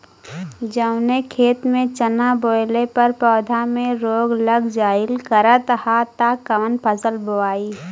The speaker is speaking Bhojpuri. जवने खेत में चना बोअले पर पौधा में रोग लग जाईल करत ह त कवन फसल बोआई?